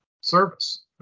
service